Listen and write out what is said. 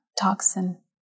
toxin